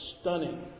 stunning